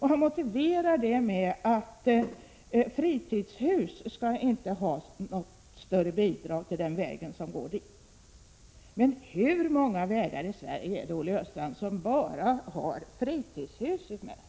Han motiverar det med att något större bidrag inte skall ges till vägar som går till fritidshus. Utmed hur många vägar i Sverige, Olle Östrand, finns det enbart fritidshus?